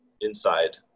inside